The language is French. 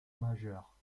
majeure